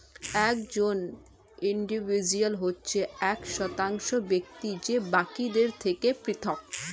একজন ইন্ডিভিজুয়াল হচ্ছে এক স্বতন্ত্র ব্যক্তি যে বাকিদের থেকে পৃথক